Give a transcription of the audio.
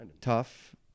tough